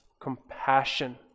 compassion